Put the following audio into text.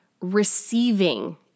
receiving